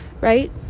right